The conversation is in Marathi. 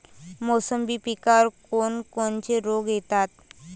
मोसंबी पिकावर कोन कोनचे रोग येतात?